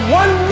one